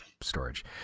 storage